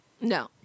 No